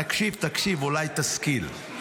תקשיב, תקשיב, אולי תשכיל.